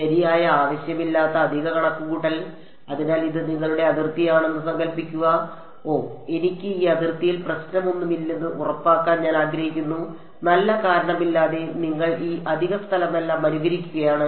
ശരിയായ ആവശ്യമില്ലാത്ത അധിക കണക്കുകൂട്ടൽ അതിനാൽ ഇത് നിങ്ങളുടെ അതിർത്തിയാണെന്ന് സങ്കൽപ്പിക്കുക ഓ എനിക്ക് ഈ അതിർത്തിയിൽ പ്രശ്നമൊന്നുമില്ലെന്ന് ഉറപ്പാക്കാൻ ഞാൻ ആഗ്രഹിക്കുന്നു നല്ല കാരണമില്ലാതെ നിങ്ങൾ ഈ അധിക സ്ഥലമെല്ലാം അനുകരിക്കുകയാണ്